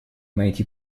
найти